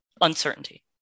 uncertainty